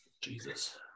Jesus